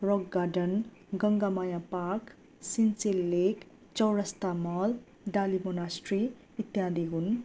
rock garden Gangamaya park Senchal lake Chowrasta mall Dali monastery इत्यादि हुन्